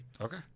Okay